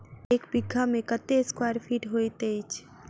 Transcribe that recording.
एक बीघा मे कत्ते स्क्वायर फीट होइत अछि?